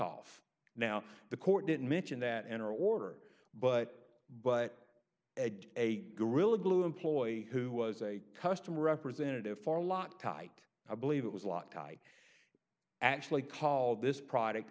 off now the court didn't mention that enter order but but a gorilla glue employ who was a customer representative for lot tight i believe it was a lot guy actually called this product